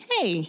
Hey